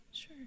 Sure